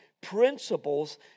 principles